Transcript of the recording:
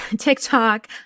TikTok